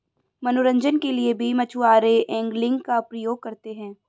मनोरंजन के लिए भी मछुआरे एंगलिंग का प्रयोग करते हैं